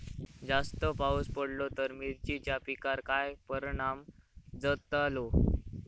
जास्त पाऊस पडलो तर मिरचीच्या पिकार काय परणाम जतालो?